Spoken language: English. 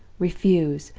refuse,